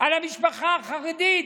על המשפחה החרדית,